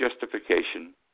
justification